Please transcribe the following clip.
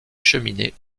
cheminées